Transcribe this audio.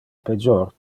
pejor